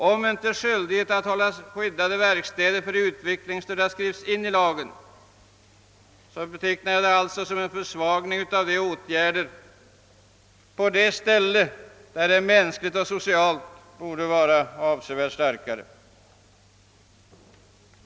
Om inte skyldighet att hålla skyddade verkstäder för utvecklingsstörda skrivs in i lagen betecknar jag det som en svaghet hos samhällets åtgärder på ett område där de ur mänsklig och social synpunkt borde vara mycket starka.